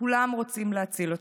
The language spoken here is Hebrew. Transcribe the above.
כולם רוצים להציל אותי.